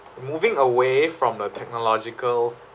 moving away from a technological